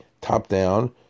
top-down